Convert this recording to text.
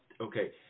Okay